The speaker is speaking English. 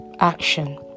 action